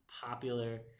popular